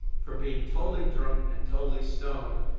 from being totally drunk and totally stoned